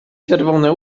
czerwone